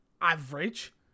average